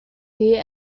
here